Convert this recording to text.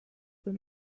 were